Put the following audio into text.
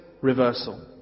Reversal